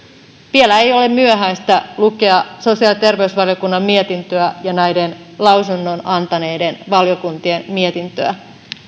vielä ei ole myöhäistä lukea sosiaali ja terveysvaliokunnan mietintöä ja näiden lausunnon antaneiden valiokuntien mietintöä